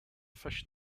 fish